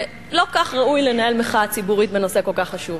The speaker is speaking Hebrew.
לא כך ראוי לנהל מחאה ציבורית בנושא כל כך חשוב.